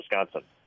Wisconsin